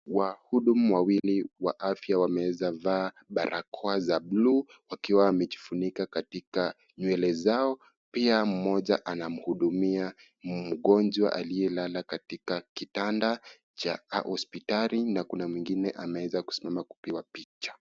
Wahudumu wawili wa afya wameweza vaa barakoa za buluu. Wakiwa wamejifunika katika nywele zao. Pia mmoja anamhudumia mgonjwa aliyelala katika kitanda cha hospitali na kuna mwingine ameweza kusimama kupigwa picha.